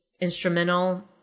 instrumental